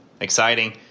exciting